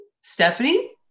Stephanie